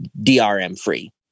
DRM-free